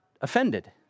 offended